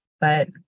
But-